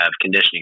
conditioning